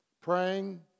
Praying